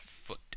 foot